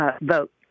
vote